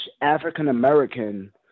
African-American